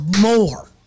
more